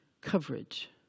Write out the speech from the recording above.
coverage